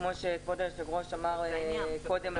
כמו שכבוד היושב-ראש אמר פה קודם,